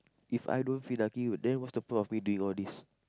If I don't feel lucky then what's the point of me doing all these